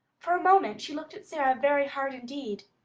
for a moment she looked at sara very hard indeed,